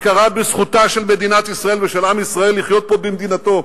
הכרה בזכותה של מדינת ישראל ובזכותו של עם ישראל לחיות פה במדינתו.